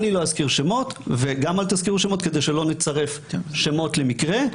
אני לא אזכיר שמות וגם אל תזכירו שמות כדי שלא נצרף שמות למקרה.